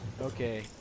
Okay